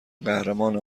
قهرمان